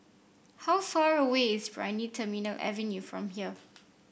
how far away is Brani Terminal Avenue from here